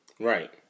Right